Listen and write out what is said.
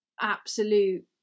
absolute